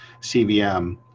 cvm